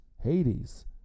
Hades